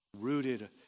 Rooted